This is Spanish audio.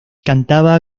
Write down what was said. cantaba